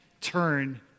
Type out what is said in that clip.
turn